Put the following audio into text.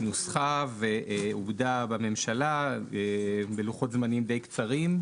נוסחה ואוגדה בממשלה בלוחות זמנים די קצרים.